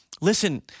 Listen